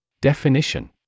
Definition